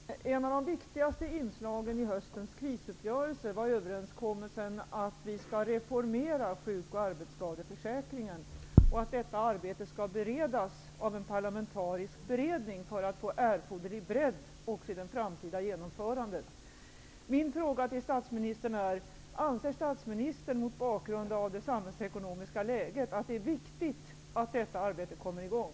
Fru talman! Ett av de viktigaste inslagen i höstens krisuppgörelser var överenskommelsen om att reformera sjuk och arbetsskadeförsäkringen och att detta arbete skall beredas av en parlamentarisk beredning för att ge erforderlig bredd också i det framtida genomförandet. Min fråga till statsministern är: Anser statsministern, mot bakgrund av det samhällsekonomiska läget, att det är viktigt att detta arbete kommer i gång?